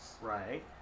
Right